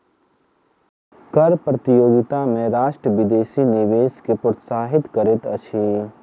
कर प्रतियोगिता में राष्ट्र विदेशी निवेश के प्रोत्साहित करैत अछि